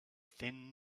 thin